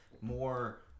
more